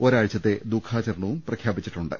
ഒരാഴ്ചത്തെ ദുഖാചരണവും പ്രഖ്യാപിച്ചിട്ടു ണ്ട്